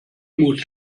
muss